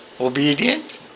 Obedient